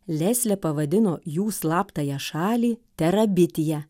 leslė pavadino jų slaptąją šalį terabitija